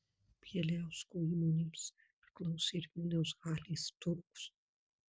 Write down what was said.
bieliausko įmonėms priklausė ir vilniaus halės turgus